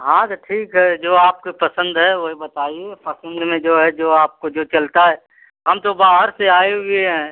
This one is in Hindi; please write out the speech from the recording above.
हाँ तो ठीक है जो आपके पसंद है वही बताइए पसंद में जो है जो आपको जो चलता है हम तो बाहर से आए हुए हैं